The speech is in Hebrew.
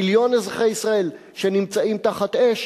מיליון אזרחי ישראל שנמצאים תחת אש,